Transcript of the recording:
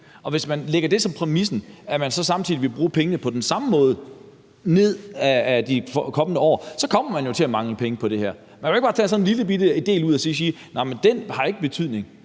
Og hvis man lægger det som præmis, at man samtidig vil bruge pengene på den samme måde over de kommende år, så kommer der jo til at mangle penge på grund af det her. Man kan jo ikke bare tage sådan en lillebitte del ud og sige, at den ikke har betydning.